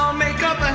um make up